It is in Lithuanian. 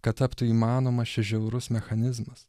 kad taptų įmanomas šis žiaurus mechanizmas